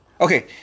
Okay